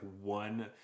one